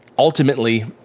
Ultimately